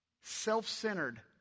self-centered